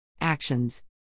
actions